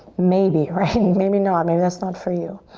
maybe, right? and maybe not, maybe that's not for you.